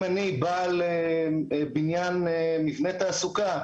אם אני בעל מבנה תעסוקה,